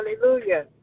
Hallelujah